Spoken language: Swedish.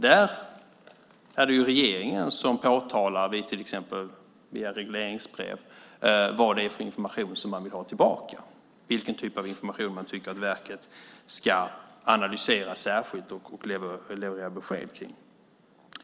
Där är det regeringen som påtalar via till exempel regleringsbrev vad det är för information som man vill ha tillbaka - vilken typ av information man tycker att verket ska analysera särskilt och leverera besked om.